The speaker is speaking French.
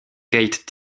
kate